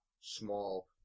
small